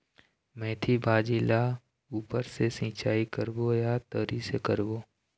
मेंथी भाजी ला ऊपर से सिचाई करबो या तरी से करबो?